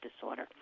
disorder